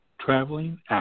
traveling